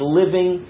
living